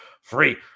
free